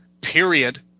period